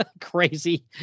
crazy